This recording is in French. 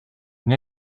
une